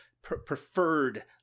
Preferred